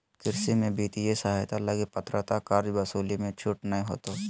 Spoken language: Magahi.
कृषि में वित्तीय सहायता लगी पात्रता कर्जा वसूली मे छूट नय होतो